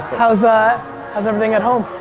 how's ah how's everything at home?